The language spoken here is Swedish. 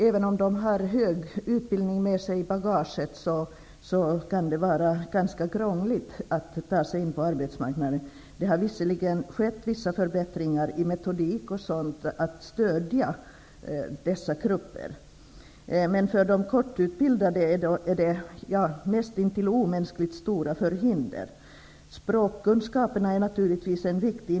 Även om de har en hög utbildning med sig i bagaget kan det vara ganska krångligt för dem att ta sig in på arbetsmarknaden. Visserligen har en del förbättringar skett när det gäller t.ex. metodiken för att stödja dessa grupper. För de kortutbildade är hindren nästintill omänskligt stora. Naturligtvis är språkkunskaperna en nyckelfråga.